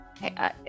Hey